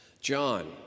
John